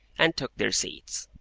and took their seats.